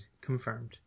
Confirmed